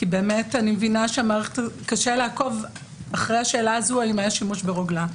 כי אני מבינה שקשה לעקוב אחרי השאלה הזאת אם היה שימוש ברוגלה.